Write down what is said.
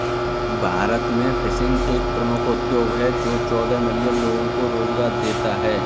भारत में फिशिंग एक प्रमुख उद्योग है जो चौदह मिलियन लोगों को रोजगार देता है